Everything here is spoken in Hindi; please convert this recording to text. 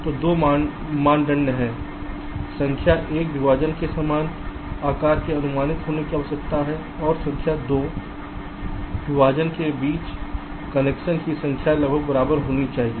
तो 2 मानदंड हैं संख्या एक विभाजन को समान आकार के अनुमानित होने की आवश्यकता है और संख्या 2 विभाजन के बीच कनेक्शन की संख्या लगभग बराबर होनी चाहिए